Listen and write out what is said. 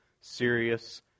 serious